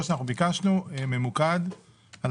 ביקשנו דיון ממוקד על